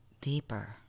deeper